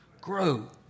Grow